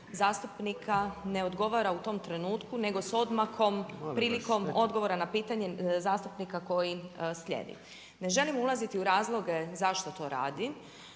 zastupnika ne odgovara u tom trenutku nego sa odmakom, prilikom odgovora na pitanje zastupnika koji slijedi. Ne želim ulaziti u razloge zašto to radi.